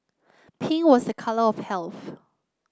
pink was a colour of health